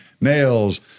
nails